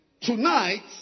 tonight